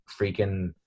freaking